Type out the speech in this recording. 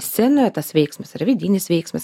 scenoje tas veiksmas yra vidinis veiksmas